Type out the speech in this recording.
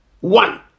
One